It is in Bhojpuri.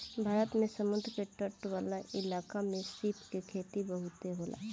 भारत में समुंद्र के तट वाला इलाका में सीप के खेती बहुते होला